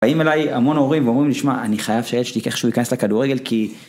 באים אליי המון הורים ואומרים לי, שמע, אני חייב שהילד שלי ייקח שהוא ייכנס לכדורגל כי...